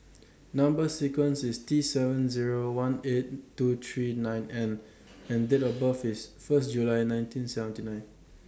Number sequence IS T seven Zero one eight two three nine N and Date of birth IS First July nineteen seventy nine